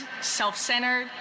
self-centered